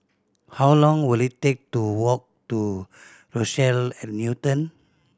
how long will it take to walk to Rochelle at Newton